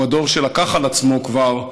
הוא הדור שלקח על עצמו כבר,